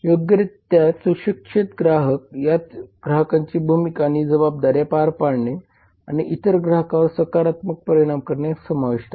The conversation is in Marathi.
योग्यरित्या सुशिक्षित ग्राहक यात ग्राहकांची भूमिका आणि जबाबदाऱ्या पार पाडणे आणि इतर ग्राहकांवर सकारात्मक परिणाम करणे समाविष्ट आहे